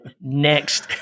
next